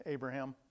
Abraham